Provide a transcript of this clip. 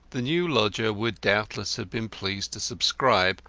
the new lodger would doubtless have been pleased to subscribe,